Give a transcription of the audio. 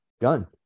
gun